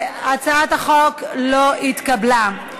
הצעת החוק לא התקבלה.